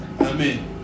Amen